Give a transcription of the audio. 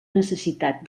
necessitat